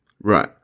Right